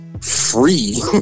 free